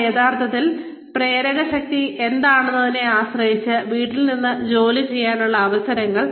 കൂടാതെ യഥാർത്ഥത്തിൽ പ്രേരകശക്തി എന്താണെന്നതിനെ ആശ്രയിച്ച് വീട്ടിൽ നിന്ന് ജോലി ചെയ്യാനുള്ള അവസരങ്ങൾ